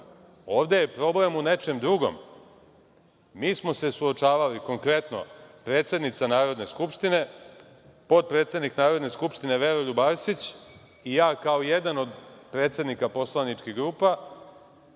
Ovde je problem u nečem drugom. Mi smo se suočavali, konkretno predsednica Narodne skupštine, potpredsednik Narodne skupštine Veroljub Arsić i ja, kao jedan od predsednika poslaničkih grupa,